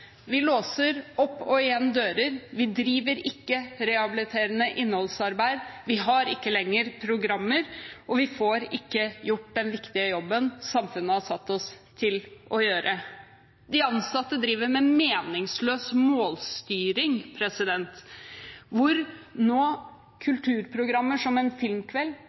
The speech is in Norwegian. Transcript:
Vi låser opp og igjen dører, vi driver ikke rehabiliterende innholdsarbeid, vi har ikke lenger programmer, og vi får ikke gjort den viktige jobben samfunnet har satt oss til å gjøre. De ansatte driver med meningsløs målstyring, hvor kulturprogrammer som en filmkveld